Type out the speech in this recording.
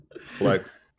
Flex